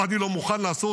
או אני לא מוכן לעשות